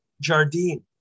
Jardine